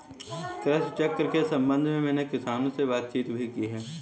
कृषि चक्र के संबंध में मैंने किसानों से बातचीत भी की है